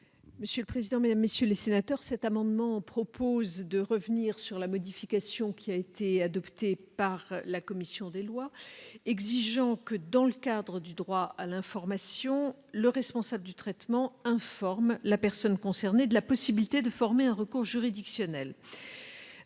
: La parole est à Mme la garde des sceaux. Cet amendement a pour objet de revenir sur la modification, adoptée par la commission des lois, exigeant que, dans le cadre du droit à l'information, le responsable du traitement informe la personne concernée de la possibilité de former un recours juridictionnel.